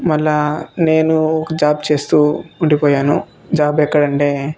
మళ్ళా నేను ఒక జాబ్ చేస్తూ ఉండిపోయాను జాబ్ ఎక్కడ అంటే